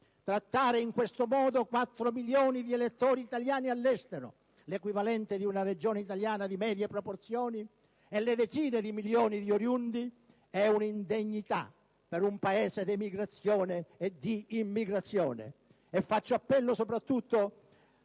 Trattare in questo modo quattro milioni di elettori italiani all'estero, l'equivalente di una regione italiana di medie proporzioni, e le decine di milioni di oriundi è un'indegnità per un Paese di emigrazione e di immigrazione.